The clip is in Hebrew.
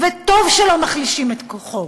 וטוב שלא מחלישים את כוחו,